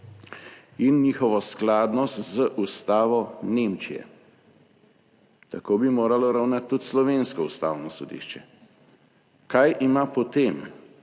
in njihovo skladnost z Ustavo Nemčije. Tako bi moralo ravnati tudi slovensko Ustavno sodišče. Kaj ima potem